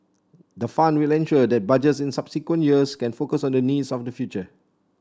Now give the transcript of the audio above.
the fund will ensure that Budgets in subsequent years can focus on the needs of the future